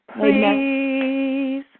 Please